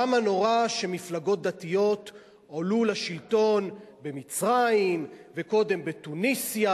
כמה נורא שמפלגות דתיות הועלו לשלטון במצרים וקודם בתוניסיה,